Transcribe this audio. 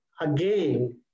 again